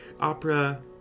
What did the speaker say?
Opera